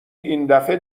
ایندفعه